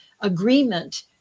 agreement